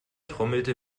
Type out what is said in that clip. trommelte